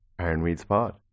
Ironweedspod